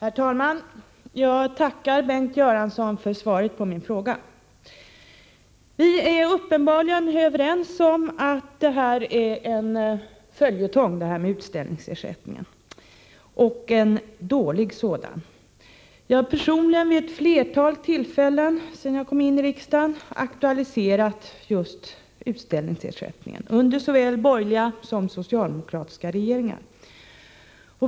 Herr talman! Jag tackar Bengt Göransson för svaret på min fråga. Vi är uppenbarligen överens om att detta med utställningsersättningen är en följetong och en dålig sådan. Vid ett flertal tillfällen sedan jag kom in i riksdagen har jag personligen aktualiserat utställningsersättningen under såväl borgerliga som socialdemokratiska regeringar.